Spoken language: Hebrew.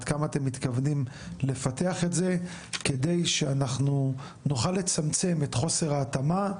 עד כמה אתם מתכוונים לפתח את זה כדי שאנחנו נוכל לצמצם את חוסר ההתאמה,